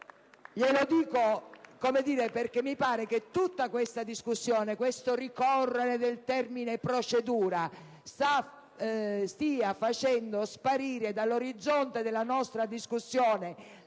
Glielo dico, perché mi pare che tutta questa discussione, questo ricorrere del termine procedura stia facendo sparire dall'orizzonte della nostra discussione